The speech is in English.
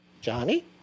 Johnny